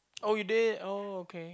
oh you did oh okay